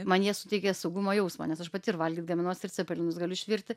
man jie suteikia saugumo jausmą nes aš pati ir valgyt gaminuosi ir cepelinus galiu išvirti